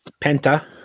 Penta